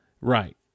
Right